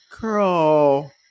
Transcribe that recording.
Girl